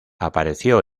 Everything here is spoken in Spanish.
apareció